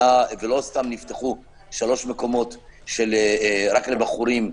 ולא סתם נפתחו שלושה מקומות רק לבחורים,